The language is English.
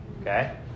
okay